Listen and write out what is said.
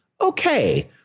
okay